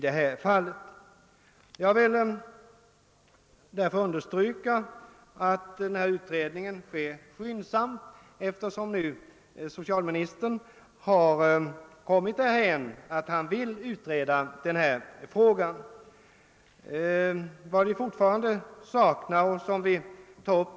När nu socialministern kommit dithän att han vill utreda denna fråga vill jag understryka att utredningen bör göras skyndsamt.